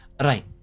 Right